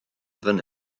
fan